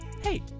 Hey